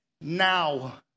now